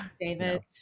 David